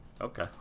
Okay